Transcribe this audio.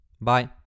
Bye